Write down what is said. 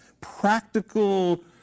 practical